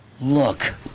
Look